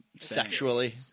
sexually